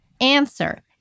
Answer